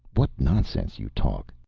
what nonsense you talk.